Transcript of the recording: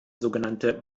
sogenannte